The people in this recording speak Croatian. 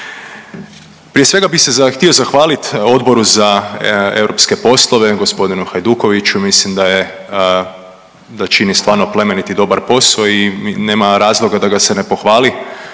Prije svega bih se htio zahvaliti Odboru za europske poslove, g. Hajdukoviću, mislim da je, da čini stvarno plemenit i dobar posao i nema razloga da ga se ne pohvali